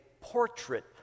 portrait